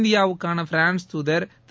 இந்தியாவுக்கான பிரான்ஸ் தூதர் திரு